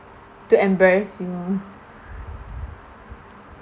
to embarrass you